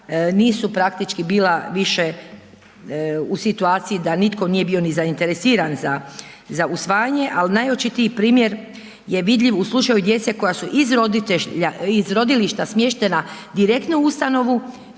nosu praktički bila više u situaciji da nitko nije bio ni zainteresiran za usvajanje ali najočitiji primjer je vidljiv u slučaju djece koja su iz rodilišta smještena direktno u ustanovu